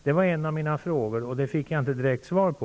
Det var en av mina frågor, och den fick jag inte direkt svar på.